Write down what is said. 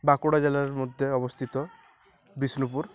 বাঁকুড়া জেলার মধ্যে অবস্থিত বিষ্ণুপুর